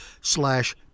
slash